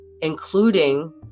including